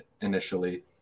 initially